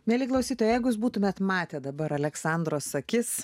mieli klausytojai jeigu būtumėte matę dabar aleksandros akis